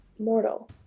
mortal